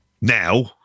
now